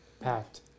packed